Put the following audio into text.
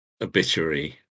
Obituary